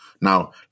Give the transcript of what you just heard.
Now